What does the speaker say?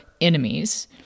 enemies